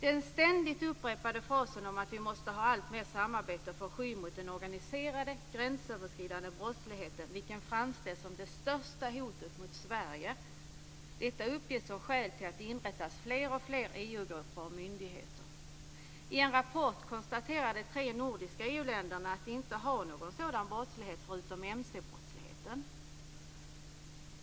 Den ständigt upprepade frasen om att vi måste ha alltmer samarbete som skydd mot den organiserade gränsöverskridande brottsligheten, vilken framställs som det största hotet mot Sverige, uppges som skäl till att det inrättas fler och fler EU-grupper och myndigheter. I en rapport konstaterar de tre nordiska EU länderna att de inte har någon sådan brottslighet förutom mc-brottsligheten.